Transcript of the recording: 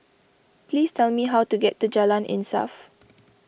please tell me how to get to Jalan Insaf